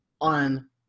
on